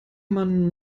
man